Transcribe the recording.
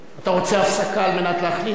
אתה רוצה הפסקה על מנת להחליט?